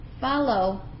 follow